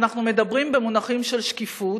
אנחנו מדברים במונחים של שקיפות,